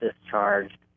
discharged